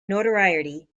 notoriety